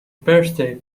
birthday